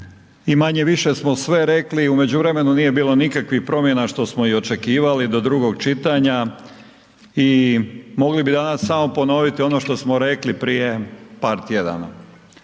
i manje-više smo sve rekli i u međuvremenu nije bilo nikakvih promjena što smo i očekivali do drugog čitanja. I mogli bi danas samo ponoviti ono što smo rekli prije par tjedana,